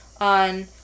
on